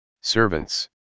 servants